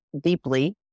deeply